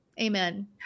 amen